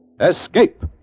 escape